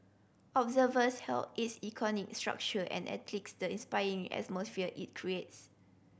observers hailed its iconic structure and the inspiring atmosphere it creates